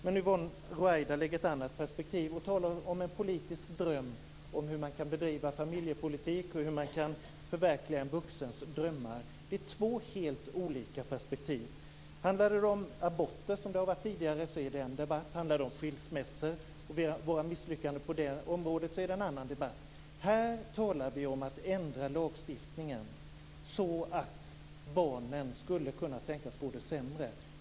Men Yvonne Ruwaida anlägger ett annat perspektiv och talar om en politisk dröm om hur man kan bedriva familjepolitik och om hur man kan förverkliga en vuxens drömmar. Det är två helt olika perspektiv. Om det handlar om aborter, som det har gjort tidigare, är det en debatt. Om det handlar om skilsmässor och våra misslyckanden på det området är det en annan debatt. Här talar vi om att ändra lagstiftningen, så att barnen skulle kunna tänkas få det sämre.